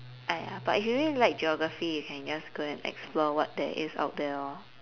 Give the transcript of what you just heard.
!aiya! but if you really like geography you can just go and explore what there is out there lor